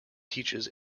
teaches